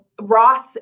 Ross